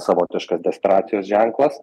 savotiškas desperacijos ženklas